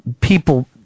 people